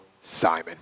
Simon